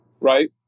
right